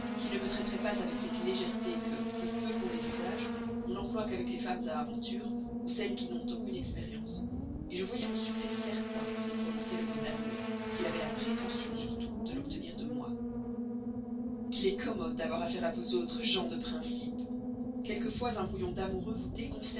qu'il ne me traiterait pas avec cette légèreté que pour peu qu'on ait d'usage on n'emploie qu'avec les femmes à aventures ou celles qui n'ont aucune expérience je voyais mon succès certain s'il prononçait le mot d'amour s'il avait surtout la prétention de l'obtenir de moi qu'il est commode d'avoir affaire à vous autres gens à principes quelquefois un brouillon d'amoureux vous